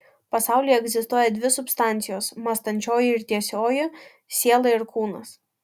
pasaulyje egzistuoja dvi substancijos mąstančioji ir tįsioji siela ir kūnas